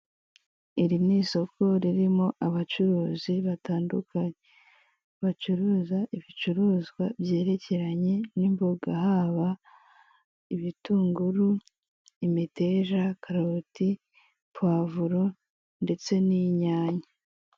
Ibidukikije bigizwe n'ibiti, ubusitani bwiza bugizwe n'indabo ziri mu ibara ry'umuhondo ndetse hari ibiti birebire bifashe insinga z'umuriro ukwirakwiza amashanyarazi.